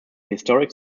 historic